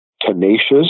Tenacious